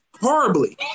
horribly